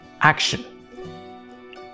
action